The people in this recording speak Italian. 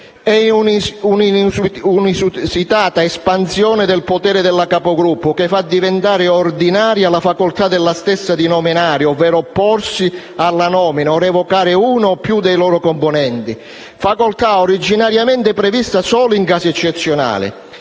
un'inusitata espansione del potere della capogruppo, che fa diventare ordinaria la facoltà della stessa di nominare, opporsi alla nomina o revocare uno o più dei loro componenti, facoltà originariamente prevista solo in casi eccezionali.